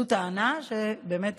זו טענה שבאמת